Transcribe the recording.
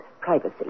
privacy